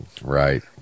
Right